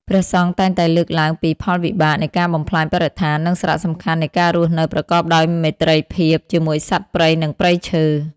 ព្រះសង្ឃតែងតែលើកឡើងពីផលវិបាកនៃការបំផ្លាញបរិស្ថាន និងសារៈសំខាន់នៃការរស់នៅប្រកបដោយមេត្រីភាពជាមួយសត្វព្រៃ និងព្រៃឈើ។